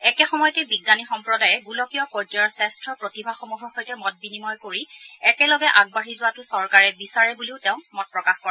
একে সময়তে বিজ্ঞানী সম্প্ৰদায়ে গোলকীয় পৰ্যায়ৰ শ্ৰেষ্ঠ প্ৰতিভাসমূহৰ সৈতে মত বিনিময় কৰি একেলগে আগবাঢ়ি যোৱাটো চৰকাৰে বিচাৰে বুলিও তেওঁ মত প্ৰকাশ কৰে